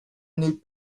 need